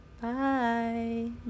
Bye